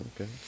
Okay